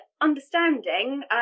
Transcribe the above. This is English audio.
understanding